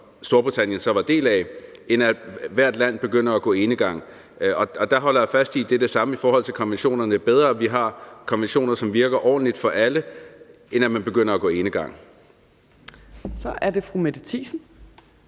Storbritannien så var en del af, end at hvert land begynder at gå enegang. Der holder jeg fast i, at det er det samme med konventionerne, altså at det er bedre, at vi har konventioner, som virker ordentligt for alle, end at man begynder at gå enegang. Kl. 14:45 Fjerde